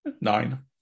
Nine